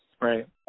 Right